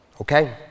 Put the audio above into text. Okay